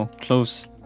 close